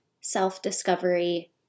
self-discovery